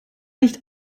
nicht